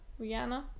Rihanna